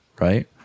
right